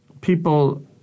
People